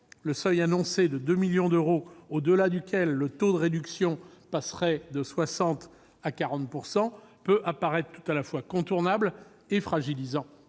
Le seuil de 2 millions d'euros au-delà duquel le taux de réduction passerait de 60 à 40 % peut paraître tout à la fois contournable et fragilisant.